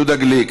יהודה גליק,